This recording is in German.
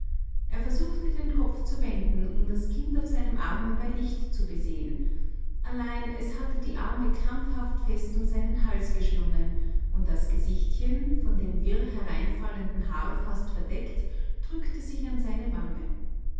er versuchte den kopf zu wenden um das kind auf seinem arme bei licht zu besehen allein es hatte die arme krampfhaft fest um seinen hals geschlungen und das gesichtchen von dem wirr hereinfallenden haar fast verdeckt drückte sich an seine wange